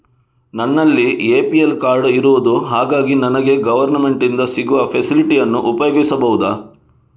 ನನ್ನಲ್ಲಿ APL card ಇರುದು ಹಾಗಾಗಿ ನನಗೆ ಗವರ್ನಮೆಂಟ್ ಇಂದ ಸಿಗುವ ಫೆಸಿಲಿಟಿ ಅನ್ನು ಉಪಯೋಗಿಸಬಹುದಾ?